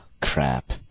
Crap